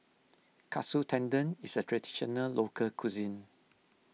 Katsu Tendon is a Traditional Local Cuisine